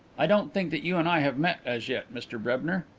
i don't think that you and i have met as yet, mr brebner?